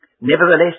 Nevertheless